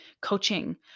coaching